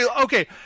Okay